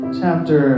chapter